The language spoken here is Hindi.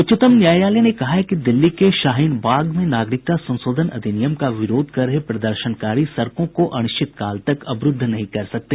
उच्चतम न्यायालय ने कहा है कि दिल्ली के शाहीन बाग में नागरिकता संशोधन अधिनियम का विरोध कर रहे प्रदर्शनकारी सड़कों को अनिश्चितकाल तक अवरूद्ध नहीं कर सकते